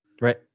Right